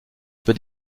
peu